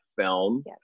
film